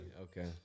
okay